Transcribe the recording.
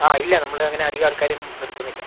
ആ ഇല്ല നമ്മൾ അങ്ങനെ അധികം ആൾക്കാരെ ഒന്നും നിർത്തുന്നില്ല